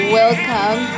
welcome